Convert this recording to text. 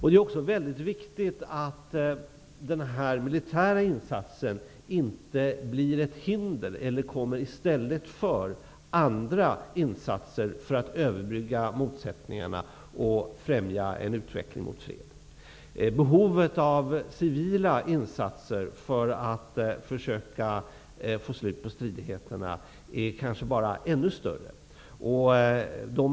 Det är också mycket viktigt att den militära insatsen inte blir ett hinder, eller kommer i stället, för andra insatser för att överbrygga motsättningarna och för att främja en utveckling mot fred. Behovet av civila insatser för att försöka få slut på stridigheterna är kanske ännu större.